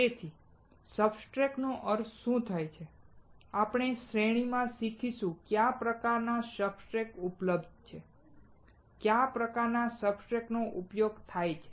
તેથી સબસ્ટ્રેટ નો અર્થ શું થાય છે આપણે શ્રેણીમાં શીખીશું કયા પ્રકારનાં સબસ્ટ્રેટ્સ ઉપલબ્ધ છે કયા પ્રકારનાં સબસ્ટ્રેટનો ઉપયોગ થાય છે